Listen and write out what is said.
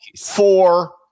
four